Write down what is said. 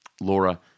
Laura